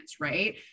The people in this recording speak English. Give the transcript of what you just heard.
Right